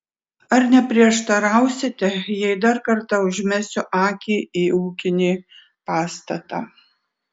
ar neprieštarausite jei dar kartą užmesiu akį į ūkinį pastatą